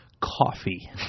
coffee